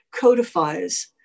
codifies